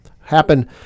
happen